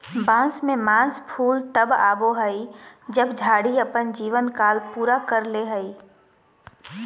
बांस में मास फूल तब आबो हइ जब झाड़ी अपन जीवन काल पूरा कर ले हइ